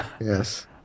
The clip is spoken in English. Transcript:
Yes